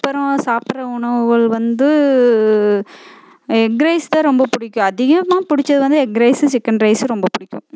அப்புறம் சாப்பிடுற உணவுகள் வந்து எக் ரைஸ் தான் ரொம்ப பிடிக்கும் அதிகமாக பிடிச்சது வந்து எக் ரைஸ்ஸும் சிக்கன் ரைஸ்ஸும் ரொம்ப பிடிக்கும்